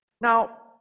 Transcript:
Now